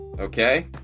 Okay